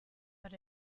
but